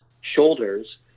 shoulders